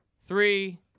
three